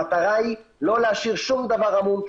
המטרה היא לא להשאיר שום דבר עמום.